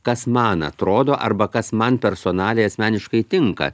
kas man atrodo arba kas man personaliai asmeniškai tinka